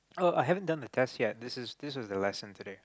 uh I haven't done the test yet this is this was the lesson today